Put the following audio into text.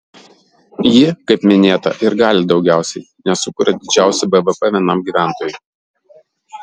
ji kaip minėta ir gali daugiausiai nes sukuria didžiausią bvp vienam gyventojui